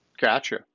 Gotcha